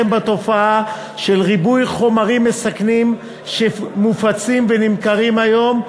בתופעה של ריבוי חומרים מסכנים שמופצים ונמכרים היום.